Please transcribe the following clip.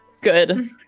Good